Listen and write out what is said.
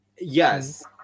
Yes